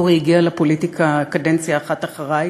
אורי הגיע לפוליטיקה קדנציה אחת אחרי.